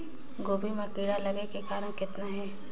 गोभी म कीड़ा लगे के कारण कतना हे?